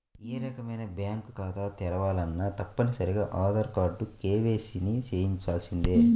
ఏ రకమైన బ్యేంకు ఖాతా తెరవాలన్నా తప్పనిసరిగా ఆధార్ కార్డుతో కేవైసీని చెయ్యించాల్సిందే